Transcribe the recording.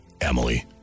Emily